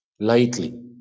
lightly